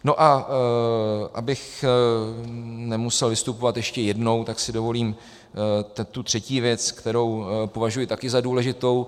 No a abych nemusel vystupovat ještě jednou, tak si dovolím tu třetí věc, kterou považuji taky za důležitou.